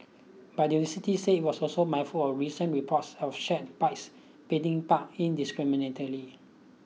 but the university said it was also mindful of recent reports of shared bikes being parked indiscriminately